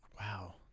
Wow